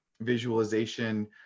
visualization